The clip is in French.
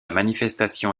manifestation